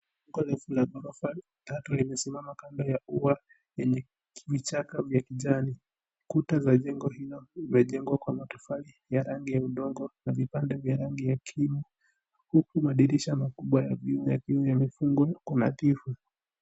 Ghorofa la ghorofa tatu limesimama kando ya ua yenye vichaka vya kijani kuta za jengo hilo zimejengwa kwa matofali ya rangi ya udongo na vipande vya rangi ya kimu huku madirisha makubwa ya juu yamefungwa kwa nadhifu.